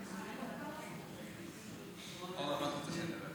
תודה רבה, אדוני.